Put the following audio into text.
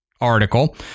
article